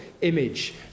image